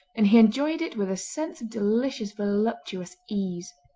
and he enjoyed it with a sense of delicious, voluptuous ease.